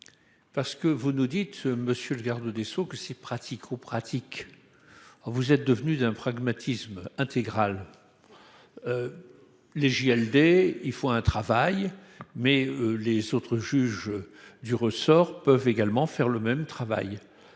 Parce que vous nous dites ce monsieur le garde des Sceaux que ces pratico-pratique. Alors vous êtes devenu d'un pragmatisme intégral. Les JLD. Il faut un travail mais les autres juges du ressort peuvent également faire le même travail.